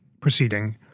proceeding